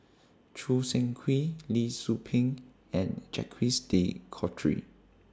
Choo Seng Quee Lee Tzu Pheng and Jacques De Coutre